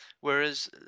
whereas